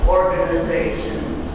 organizations